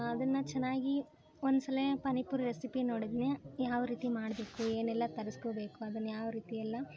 ಅದನ್ನು ಚೆನ್ನಾಗಿ ಒಂದು ಸಲ ಪಾನಿಪುರಿ ರೆಸಿಪಿ ನೋಡಿದ್ನ್ಯೆ ಯಾವ ರೀತಿ ಮಾಡಬೇಕು ಏನೆಲ್ಲ ತರಿಸ್ಕೊಬೇಕು ಅದನ್ನು ಯಾವ ರೀತಿ ಎಲ್ಲ